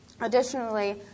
Additionally